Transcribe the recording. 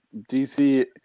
DC